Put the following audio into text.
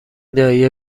دایی